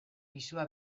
pisua